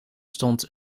stond